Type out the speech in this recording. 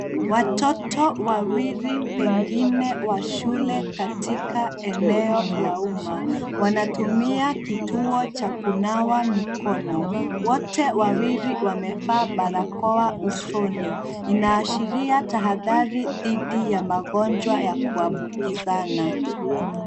Watoto wawili pengine wa shule katika eneo la umma. Wanatumia kituo cha kunawa mikono. Wote wawili wamevaa barakoa usoni. Inaashiria tahadhari dhidi ya magonjwa ya kuambukizana.